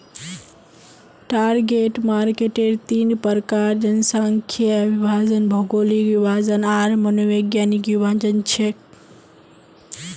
target marketer तीन प्रकार जनसांख्यिकीय विभाजन, भौगोलिक विभाजन आर मनोवैज्ञानिक विभाजन छेक